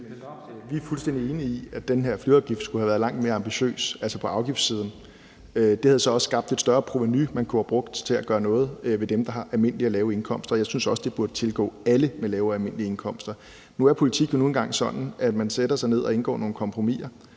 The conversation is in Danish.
Vi er fuldstændig enige i, at den her flyafgift skulle have været langt mere ambitiøs på afgiftssiden. Det havde så også skabt et større provenu, man kunne have brugt til at gøre noget ved dem, der har almindelige og lave indkomster. Jeg synes også, det burde tilgå alle med lave og almindelige indkomster. Nu er politik jo nu engang sådan, at man sætter sig ned og indgår nogle kompromiser,